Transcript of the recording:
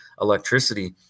electricity